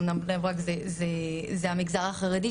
אמנם בני ברק זה המגזר החרדי,